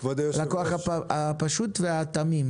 אחת מהן זה תקנות לשירותי תשלום (פטור מהוראות החוק).